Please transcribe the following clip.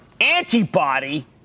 antibody